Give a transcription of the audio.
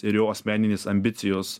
ir jo asmeninės ambicijos